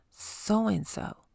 so-and-so